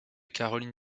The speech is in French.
caroline